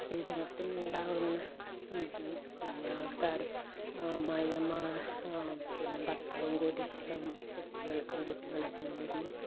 സ്ത്രീധനത്തിൽ ഉണ്ടാവുന്ന പിന്നെ ആൾക്കാര് അമ്മായിയമ്മ പിന്നെ ഭർത്താവും കൂടി കുട്ടികളെ പെൺകുട്ടികളെ കൊല്ലുകയും